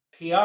PR